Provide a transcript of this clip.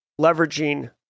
leveraging